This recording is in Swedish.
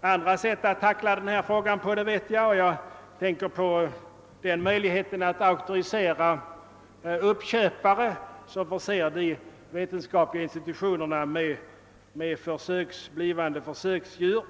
andra sätt, på vilka man kan tackla denna fråga. Jag tänker härvidlag på möjligheten att auktorisera uppköpare som förser de vetenskapliga institutionerna med blivande försöksdjur.